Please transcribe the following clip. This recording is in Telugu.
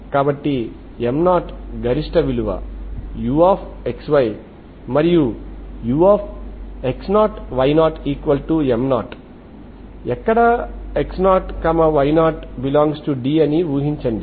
కాబట్టి M0 గరిష్ట విలువ uxy మరియు ux0 y0M0 ఎక్కడ x0 y0∈D అని ఊహించండి